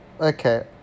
Okay